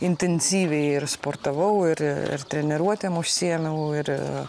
intensyviai sportavau ir ir treniruotėm užsiėmiau ir